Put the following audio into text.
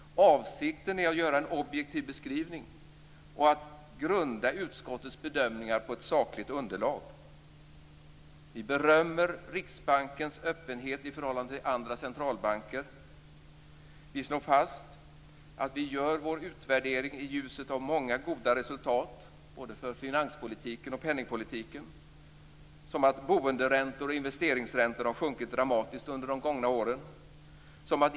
Avsikten är att göra en objektiv beskrivning och att grunda utskottets bedömningar på ett sakligt underlag. Vi berömmer Riksbankens öppenhet i förhållande till andra centralbanker. Vi slår fast att vi gör vår utvärdering i ljust av många goda resultat både för finanspolitiken och för penningpolitiken. Boenderäntor och investeringsräntor har sjunkit dramatiskt under de gångna åren.